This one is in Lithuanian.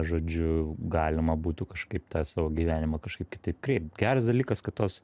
žodžiu galima būtų kažkaip tą savo gyvenimą kažkaip kitaip kreipt geras dalykas kad tos